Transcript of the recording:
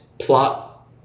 Plot